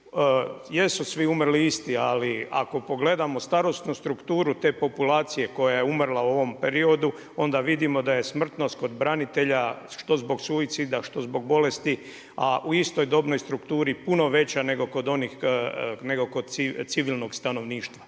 jesu svi umrli isti, ali ako pogledamo starosnu strukturu te populacije koja je umrla u ovom periodu, onda vidimo da je smrtnost kod branitelja što zbog suicida što zbog bolesti, a u istoj dobnoj strukturi puno veća nego kod civilnog stanovništva.